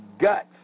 guts